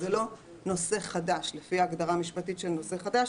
זה לא נושא חדש לפי ההגדרה המשפטית של נושא חדש.